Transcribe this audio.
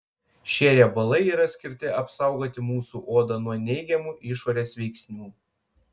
šie riebalai yra skirti apsaugoti mūsų odą nuo neigiamų išorės veiksnių